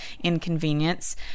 inconvenience